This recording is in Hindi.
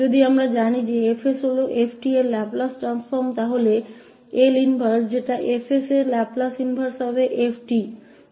यदि हम जानते हैं कि 𝐹𝑠 𝑡 का लैपलेसट्रांसफॉर्म है तो इनवर्स 𝑠 का लाप्लास इनवर्स 𝑓𝑡 होगा